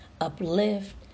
uplift